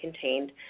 contained